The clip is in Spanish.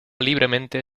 libremente